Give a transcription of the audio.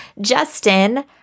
justin